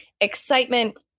excitement